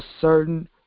certain